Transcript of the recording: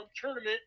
tournament